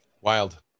Wild